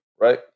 right